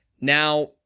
Now